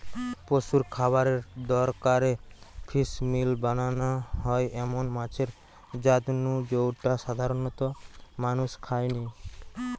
পশুর খাবারের দরকারে ফিসমিল বানানা হয় এমন মাছের জাত নু জউটা সাধারণত মানুষ খায়নি